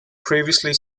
previously